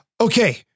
Okay